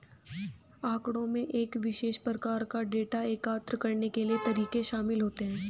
आँकड़ों में एक विशेष प्रकार का डेटा एकत्र करने के तरीके शामिल होते हैं